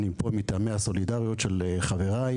אני פה מטעמי סולידריות לחברי,